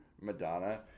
Madonna